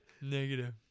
Negative